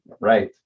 right